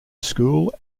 school